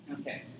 okay